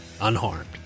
unharmed